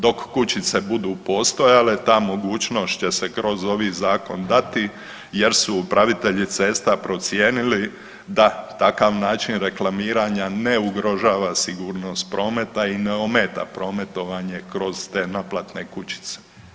Dok kućice budu postojale ta mogućnost će se kroz ovi zakon dati jer su upravitelji cesta procijenili da takav način reklamiranja ne ugrožava sigurnost prometa i ne ometa prometovanje kroz te naplatne kućice.